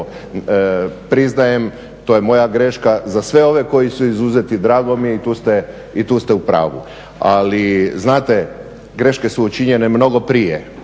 priznajem to je moja greška. Za sve ove koji su izuzeti drago mi je i tu ste u pravu. Ali znate greške su učinjene mnogo prije.